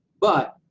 but,